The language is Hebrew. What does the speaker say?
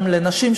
גם לנשים,